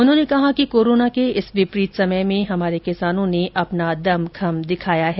उन्होंने कहा कि कोरोना के इस विपरीत समय में हमारे किसानों ने अपना दमखम दिखाया है